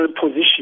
position